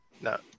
No